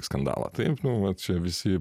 skandalą taip nu vat čia visi